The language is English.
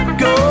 go